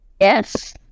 Yes